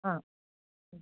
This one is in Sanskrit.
हा